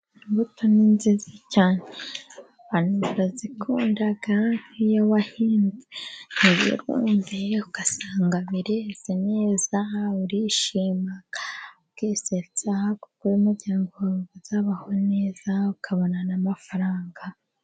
Imbuto ni nziza cyane abantu barazikunda nk'iyo wahinze wudeye ugasanga bireze neza urishima ukisetsa ukazabaho neza, ukabona amafaranga.